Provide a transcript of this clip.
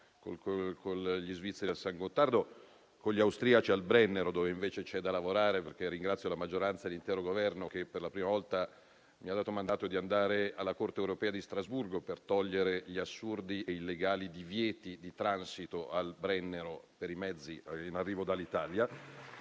con gli svizzeri al San Gottardo e con gli austriaci al Brennero, dove invece c'è da lavorare. Ringrazio la maggioranza e l'intero Governo che, per la prima volta, mi hanno dato mandato di andare alla Corte europea di Strasburgo per togliere gli assurdi e illegali divieti di transito al Brennero per i mezzi in arrivo dall'Italia.